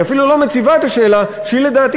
היא אפילו לא מציבה את השאלה שהיא לדעתי